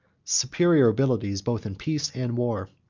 superior abilities, both in peace and war.